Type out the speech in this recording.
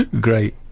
Great